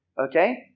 Okay